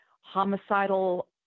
homicidal